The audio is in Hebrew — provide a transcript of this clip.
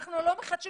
אנחנו לא מחדשים.